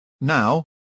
Now